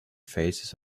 faces